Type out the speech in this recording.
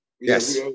Yes